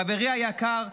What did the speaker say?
חברי היקר,